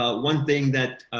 ah one thing that